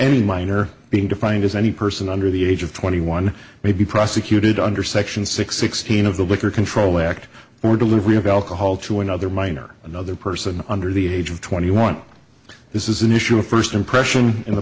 any minor being defined as any person under the age of twenty one may be prosecuted under section six sixteen of the liquor control act or delivery of alcohol to another minor another person under the age of twenty one this is an issue of first impression in the